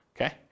okay